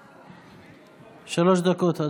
אזולאי, אדוני, שלוש דקות.